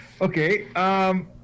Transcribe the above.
Okay